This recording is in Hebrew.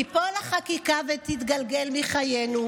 תיפול החקיקה ותתגלגל מחיינו,